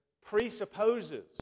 presupposes